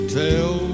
tell